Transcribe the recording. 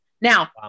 Now